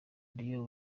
dieu